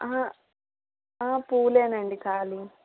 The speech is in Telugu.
పూలేనండి కావాలి